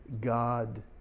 God